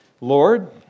Lord